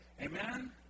Amen